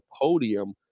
podium